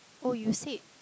oh you said